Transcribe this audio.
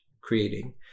creating